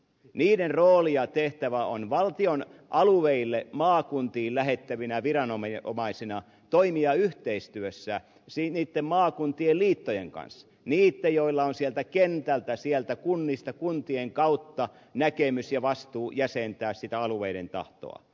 niiden rooli ja tehtävä on valtion alueille maakuntiin lähettävinä viranomaisina toimia yhteistyössä maakuntien liittojen kanssa niitten joilla on sieltä kentältä sieltä kunnista kuntien kautta näkemys ja vastuu jäsentää sitä alueiden tahtoa